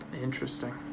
Interesting